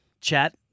chat